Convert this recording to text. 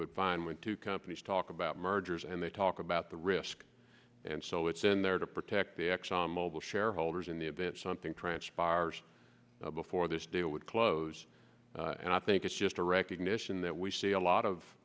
would find when two companies talk about mergers and they talk about the risk and so it's in there to protect the exxon mobil shareholders in the event something transpires before this deal would close and i think it's just a recognition that we see a lot of